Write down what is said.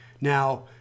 now